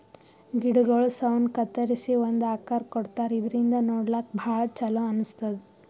ಗಿಡಗೊಳ್ ಸೌನ್ ಕತ್ತರಿಸಿ ಒಂದ್ ಆಕಾರ್ ಕೊಡ್ತಾರಾ ಇದರಿಂದ ನೋಡ್ಲಾಕ್ಕ್ ಭಾಳ್ ಛಲೋ ಅನಸ್ತದ್